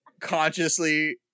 consciously